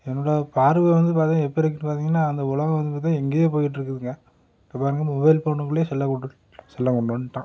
என்னுடைய பார்வை வந்து பார்த்திங்கனா எப்படி இருக்குதுனு பார்த்திங்கனா அந்த உலகம் என்பது எங்கயோ போயிக்கிட்டு இருக்குதுங்க இப்போது பாருங்கள் மொபைல் ஃபோன் உள்ளேயே செல்லை செல்லை கொண்டு வந்துட்டான்